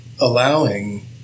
allowing